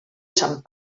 sant